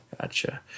Gotcha